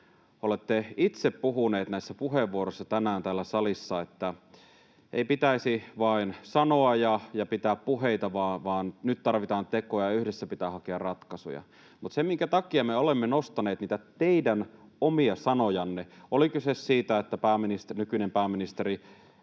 olette itse puhuneet näissä puheenvuoroissa tänään täällä salissa, että ei pitäisi vain sanoa ja pitää puheita vaan että nyt tarvitaan tekoja ja yhdessä pitää hakea ratkaisuja. Oli sitten kyse siitä, että nykyinen pääministeri